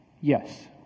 Yes